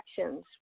actions